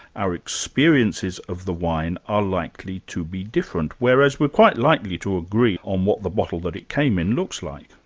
our experiences of the wine are likely to be different, whereas we're quite likely to agree on what the bottle that it came in looks like.